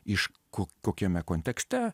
iš ko kokiame kontekste